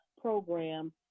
program